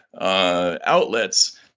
outlets